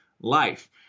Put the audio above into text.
life